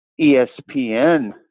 ESPN